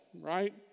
right